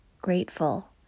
grateful